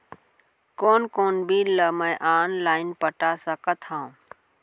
कोन कोन बिल ला मैं ऑनलाइन पटा सकत हव?